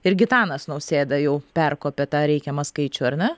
ir gitanas nausėda jau perkopė tą reikiamą skaičių ar ne